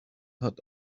hat